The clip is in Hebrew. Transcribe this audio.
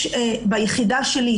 יש ביחידה שלי,